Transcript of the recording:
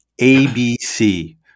ABC